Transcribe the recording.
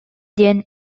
диэн